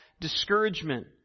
discouragement